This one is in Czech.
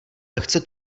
lehce